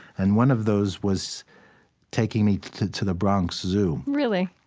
and one of those was taking me to to the bronx zoo really?